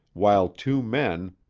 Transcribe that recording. while two men,